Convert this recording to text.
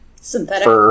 Synthetic